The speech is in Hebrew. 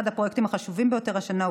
אחד הפרויקטים החשובים ביותר השנה הוא